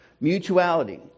Mutuality